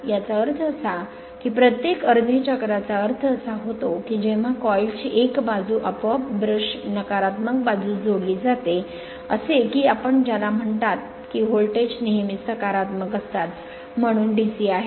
याचा अर्थ असा की प्रत्येक अर्ध्या चक्राचा अर्थ असा होतो की जेव्हा कॉईल ची एक बाजू आपोआप ब्रश नकारात्मक बाजूस जोडली जाते जसे की आपण ज्याला म्हणतात की व्होल्टेज नेहमीच सकारात्मक असतात म्हणून DC आहे